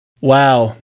Wow